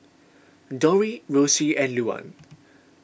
Dori Rossie and Luann